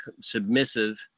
submissive